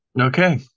Okay